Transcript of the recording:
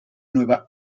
nueva